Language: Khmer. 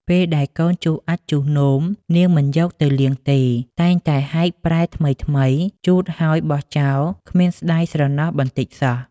ពេលដែលកូនជុះអាចម៍ ជុះនោម នាងមិនយកទៅលាងទេ តែងតែហែកព្រែថ្មីៗជូតហើយបោះចោលគ្មានស្តាយស្រណោះបន្តិចសោះ។